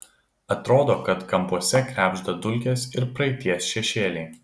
atrodo kad kampuose krebžda dulkės ir praeities šešėliai